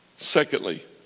Secondly